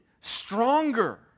stronger